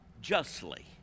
justly